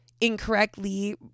incorrectly